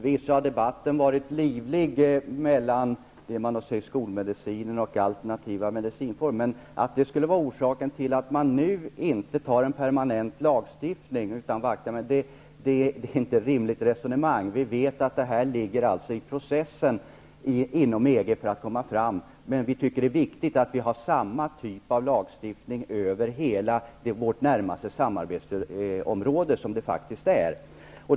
Herr talman! Debatten har förvisso varit livlig mellan skolmedicinen och den alternativa medicinen. Det är dock inte ett rimligt resonemang att det skulle vara orsaken till att man nu inte fattar beslut om en permanent lag. Vi vet att det pågår en process inom EG. Vi tycker att det är viktigt att man har samma typ av lagstiftning inom det närmaste samarbetsområdet.